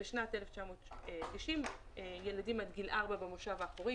בשנת 1990 ילדים עד גיל ארבע במושב האחורי,